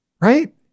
right